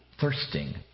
thirsting